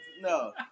No